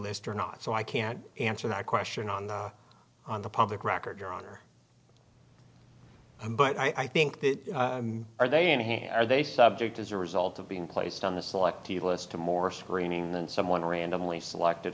list or not so i can't answer that question on the on the public record your honor but i think they are they enhance are they subject as a result of being placed on the selectee list to more screening than someone randomly selected